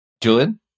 julian